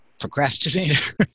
procrastinator